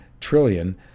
trillion